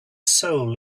soul